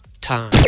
time